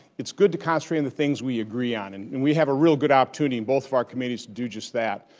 it's good to concentrate on the things we agree on. and and we have a real good opportunity in both our committees to do just that.